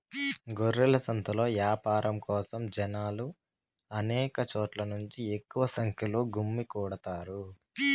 గొర్రెల సంతలో యాపారం కోసం జనాలు అనేక చోట్ల నుంచి ఎక్కువ సంఖ్యలో గుమ్మికూడతారు